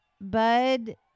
Bud